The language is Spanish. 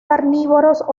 carnívoros